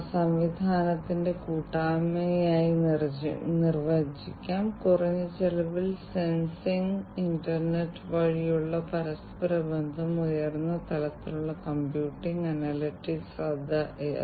ഇതാണ് താപനില വായന ഇത് തുടർച്ചയായി വർദ്ധിച്ചുകൊണ്ടിരിക്കുന്നു ഇത് ഒരു രോഗിക്ക് വേണ്ടിയുള്ള ഡോക്ടർമാരുടെ പാനലിൽ അല്ലെങ്കിൽ നിരവധി രോഗികൾക്കായി ഇത് വിപുലീകരിക്കുകയും മറ്റ് വിവിധ രോഗികളുടെ ആരോഗ്യസ്ഥിതി നിരീക്ഷിക്കാൻ സ്കെയിൽ ചെയ്യുകയും ചെയ്യാം